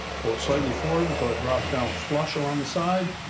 pull it slightly forward until it drops down flush along the side.